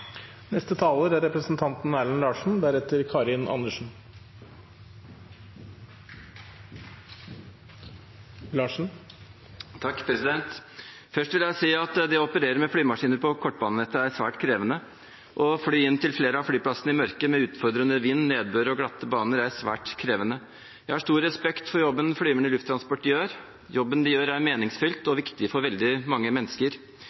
Først vil jeg si at det å operere med flymaskiner på kortbanenettet er svært krevende. Å fly inn til flere av flyplassene i mørket med utfordrende vind, nedbør og glatte baner er svært krevende. Jeg har stor respekt for jobben flyverne i Lufttransport gjør. Jobben de gjør, er meningsfylt og viktig for veldig mange mennesker.